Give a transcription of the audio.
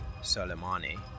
Soleimani